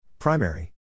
Primary